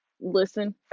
listen